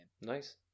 Nice